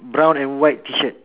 brown and white T shirt